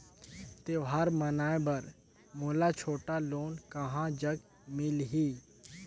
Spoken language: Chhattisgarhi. त्योहार मनाए बर मोला छोटा लोन कहां जग मिलही?